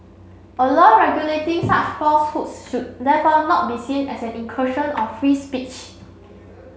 a law regulating such falsehoods should therefore not be seen as an incursion of free speech